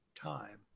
Time